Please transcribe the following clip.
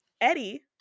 Eddie